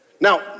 Now